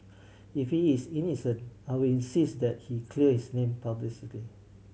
if he is innocent I will insist that he clear his name publicly